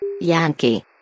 Yankee